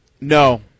No